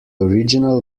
original